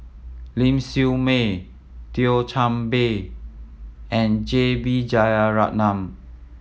Ling Siew May Thio Chan Bee and J B Jeyaretnam